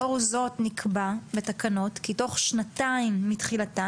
לאור זאת נקבע בתקנות כי תוך שנתיים מתחילתן